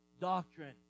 doctrine